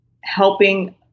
helping